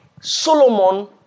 Solomon